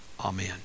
Amen